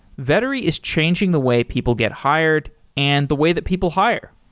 vettery is changing the way people get hired and the way that people hire.